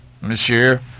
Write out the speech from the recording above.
monsieur